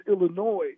Illinois